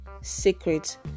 secret